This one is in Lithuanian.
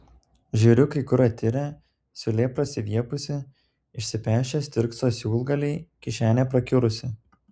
žiūriu kai kur atirę siūlė prasiviepusi išsipešę stirkso siūlgaliai kišenė prakiurusi